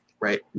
right